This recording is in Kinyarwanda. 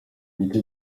icyo